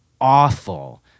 awful